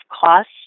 cost